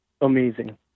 amazing